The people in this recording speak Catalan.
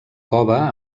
cova